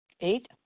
Eight